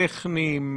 טכניים,